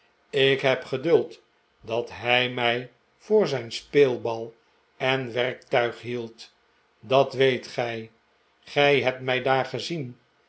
ik heb geduld dat hij mij voor zijn speelbal en werktuig hield dat weet gij gij hebt mij daar gezien